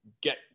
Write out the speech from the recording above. get